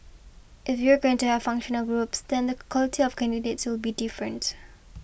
if you're going to have functional groups then the quality of candidates will be different